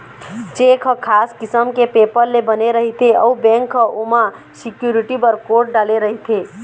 cheque ह खास किसम के पेपर ले बने रहिथे अउ बेंक ह ओमा सिक्यूरिटी बर कोड डाले रहिथे